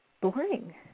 boring